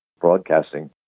broadcasting